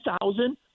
thousand